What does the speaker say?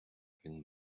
він